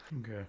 Okay